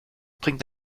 bringt